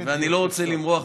ואני לא רוצה למרוח,